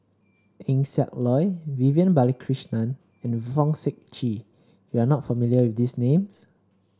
Eng Siak Loy Vivian Balakrishnan and Fong Sip Chee you are not familiar with these names